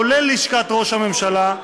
כולל לשכת ראש הממשלה,